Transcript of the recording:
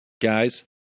guys